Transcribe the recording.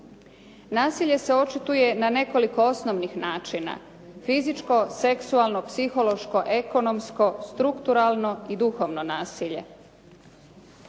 Nasilje se očituje na nekoliko osnovnih načina fizičko, seksualno, psihološko, ekonomsko, strukturalno i duhovno nasilje.